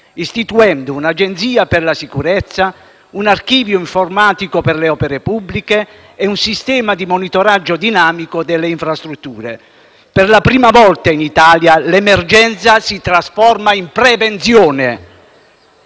istituendo un’agenzia per la sicurezza, un archivio informatico per le opere pubbliche e un sistema di monitoraggio dinamico delle infrastrutture. Per la prima volta in Italia l’emergenza si trasforma in prevenzione.